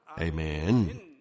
Amen